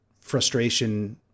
frustration